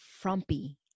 frumpy